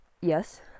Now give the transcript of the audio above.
yes